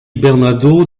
bernardo